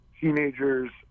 teenagers